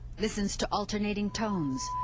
listens to alternating tones,